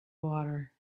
water